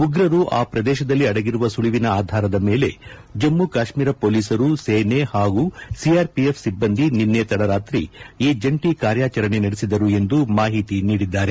ಉಗ್ರರು ಆ ಪ್ರದೇಶದಲ್ಲಿ ಆಡಗಿರುವ ಸುಳಿವಿನ ಆಧಾರದ ಮೇಲೆ ಜಮ್ಮ ಕಾಶ್ಮೀರ ಪೊಲೀಸರು ಸೇನೆ ಹಾಗೂ ಸಿಆರ್ಪಿಎಫ್ ಸಿಬ್ಬಂದಿ ನಿನ್ನೆ ತಡರಾತ್ರಿ ಈ ಜಂಟಿ ಕಾರ್ಯಾಚರಣೆ ನಡೆಸಿದರು ಎಂದು ಮಾಹಿತಿ ನೀಡಿದ್ದಾರೆ